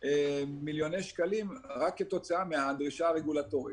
מיליוני שקלים רק כתוצאה מהדרישה הרגולטורית.